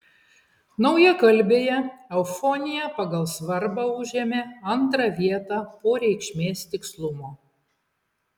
naujakalbėje eufonija pagal svarbą užėmė antrą vietą po reikšmės tikslumo